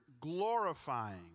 glorifying